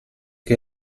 che